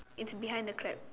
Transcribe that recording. it's behind the crab